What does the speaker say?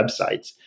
websites